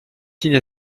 signe